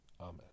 Amen